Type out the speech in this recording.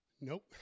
Nope